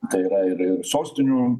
tai yra ir ir sostinių